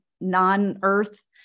non-earth